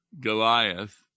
Goliath